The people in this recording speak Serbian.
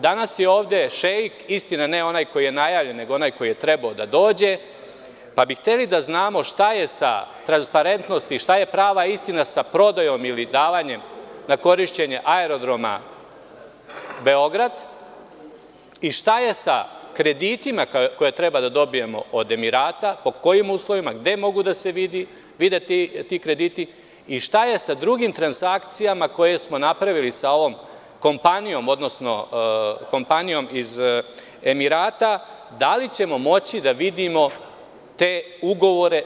Danas je ovde šeik, istina, ne onaj koji je najavljen, nego onaj koji je trebalo da dođe, pa bi hteli da znamo – šta je sa transparentnosti, šta je prava istina sa prodajom ili davanje na korišćenje Aerodroma Beograd i šta je sa kreditima koje treba da dobijemo od Emirata, pod kojim uslovima, gde mogu da se vide ti krediti i šta je sa drugim transakcijama koje smo napravili sa ovom kompanijom, odnosno kompanijom iz Emirata, da li ćemo moći da vidimo te ugovore?